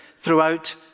throughout